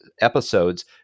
episodes